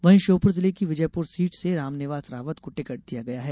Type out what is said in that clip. वहीं श्योपुर जिले की विजयपुर सीट से रामनिवास रावत को टिकट दिया गया है